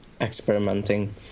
experimenting